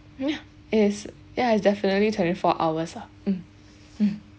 um yeah its yeah it's definitely twenty-four hours lah mm mm